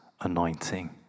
anointing